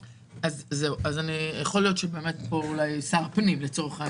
יכול להיות שפה זה צריך להיות שר הפנים.